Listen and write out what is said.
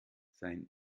sein